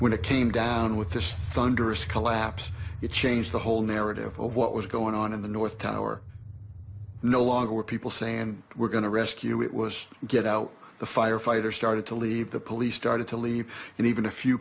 when it came down with the thunderous collapse it changed the whole narrative of what was going on in the north tower no longer were people saying we're going to rescue it was to get out the firefighters started to leave the police started to leave and even a few